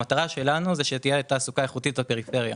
המטרה שלנו היא שתהיה תעסוקה איכותית בפריפריה.